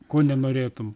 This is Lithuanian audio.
ko nenorėtum